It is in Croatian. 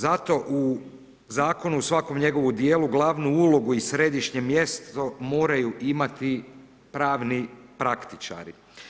Zato u zakonu u svakom njegovom dijelu glavnu ulogu i središnje mjesto moraju imati pravni praktičari.